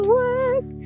work